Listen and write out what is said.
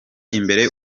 imbere